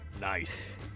Nice